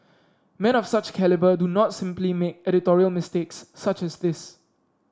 men of such calibre do not simply make editorial mistakes such as this